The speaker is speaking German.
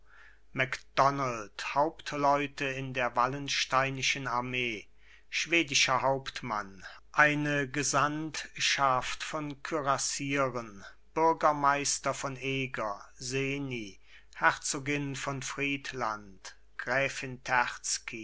macdonald hauptleute in der wallensteinischen armee schwedischer hauptmann eine gesandtschaft von kürassieren bürgermeister von eger seni herzogin von friedland gräfin